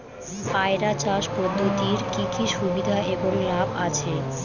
পয়রা চাষ পদ্ধতির কি কি সুবিধা এবং লাভ আছে?